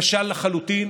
כשל לחלוטין.